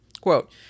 Quote